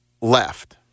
left